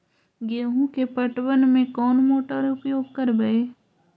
गेंहू के पटवन में कौन मोटर उपयोग करवय?